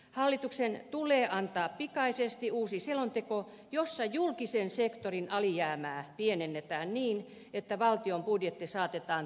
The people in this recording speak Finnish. hallituksen tulee antaa pikaisesti uusi selonteko jossa julkisen sektorin alijäämää pienennetään niin että valtion budjetti saatetaan tasapainouralle